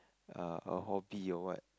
err a hobby or what